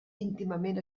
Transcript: íntimament